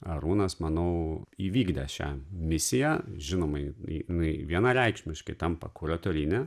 arūnas manau įvykdė šią misiją žinoma jinai vienareikšmiškai tampa kuratorine